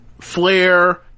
Flair